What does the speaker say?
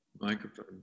microphone